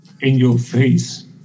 in-your-face